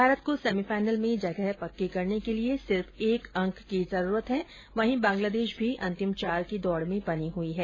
भारत को सेमीफाइनल में जगह पक्की करने के लिए सिर्फ एक अंक की जरूरत है वहीं बांग्लादेश भी अंतिम चार की दौड़ में बनी हुई है